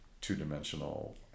two-dimensional